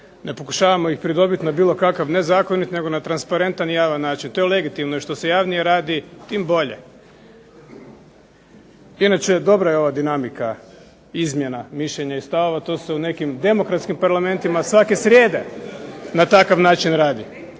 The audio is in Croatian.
ne pokušavamo ih pridobiti na bilo kakav nezakonit nego na transparentan i javan način. To je legitimno. I što se javnije radi tim bolje. Inače dobra je ova dinamika izmjena mišljenja i stavova. To se u nekim demokratskim parlamentima svake srijede na takav način radi.